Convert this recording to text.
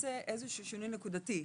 יעשה שינוי נקודתי.